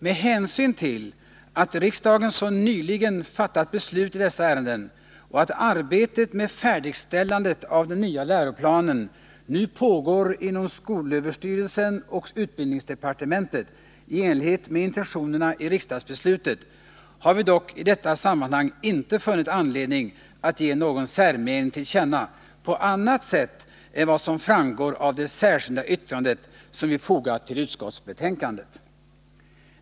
Med hänsyn till att riksdagen så nyligen har fattat beslut i dessa ärenden och att arbetet med färdigställandet av den nya läroplanen nu pågår inom skolöverstyrelsen och utbildningsdepartementet i enlighet med intentionerna i riksdagsbeslutet, har vi dock i detta sammanhang inte funnit anledning att ge någon särmening till känna på annat sätt än som framgår av det särskilda yttrande som vi har fogat till utskottsbetänkandet.